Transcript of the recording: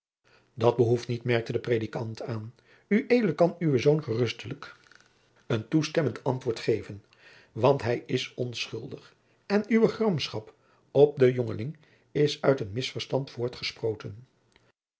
dat behoeft niet merkte de predikant aan ued kan uwen zoon gerustelijk een toestemmend antwoord geven want hij is onschuldig en uwe gramschap op den jongeling is uit een misverstand voortgesproten